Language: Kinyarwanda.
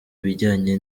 ibijyanye